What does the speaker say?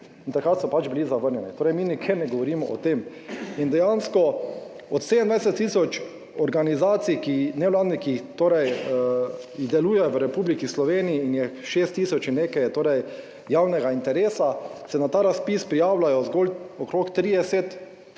in takrat so bili zavrnjeni. Torej, mi nikjer ne govorimo o tem, in dejansko od 27 tisoč organizacij, nevladnih, ki torej deluje v Republiki Sloveniji in je 6 tisoč in nekaj je torej javnega interesa, se na ta razpis prijavljajo zgolj okrog 30